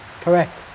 correct